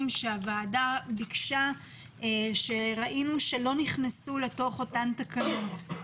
שהוועדה ביקשה וראינו שלא נכנסו לתוך אותן תקנות.